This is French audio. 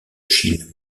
chine